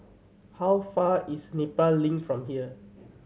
how far is Nepal Link from here